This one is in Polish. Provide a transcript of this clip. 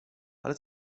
ale